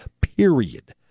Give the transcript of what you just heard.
Period